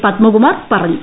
പത്മകുമാർ പറഞ്ഞു